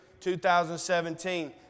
2017